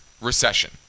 recession